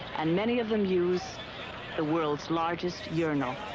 and many of them use the world's largest urinal.